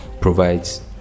provides